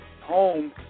home